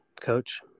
Coach